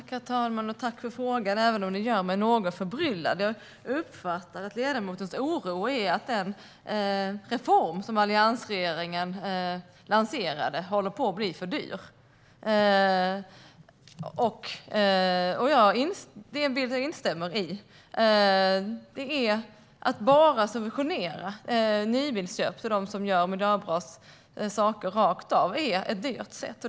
Herr talman! Tack för frågan, även om den gör mig något förbryllad! Jag uppfattar att ledamotens oro är att den reform som alliansregeringen lanserade håller på att bli för dyr, vilket jag instämmer i. Att bara subventionera nybilsköp rakt av för dem som gör miljöbra saker är ett dyrt sätt.